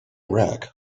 rack